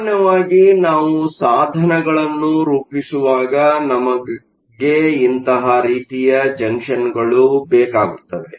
ಸಾಮಾನ್ಯವಾಗಿ ನಾವು ಸಾಧನಗಳನ್ನು ರೂಪಿಸುವಾಗ ನಮಗೆ ಇಂತಹ ರೀತಿಯ ಜಂಕ್ಷನ್ಗಳು ಬೇಕಾಗುತ್ತವೆ